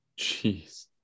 Jeez